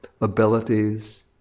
abilities